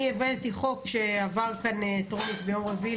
הבאתי חוק שעבר בקריאה טרומית ביום רביעי.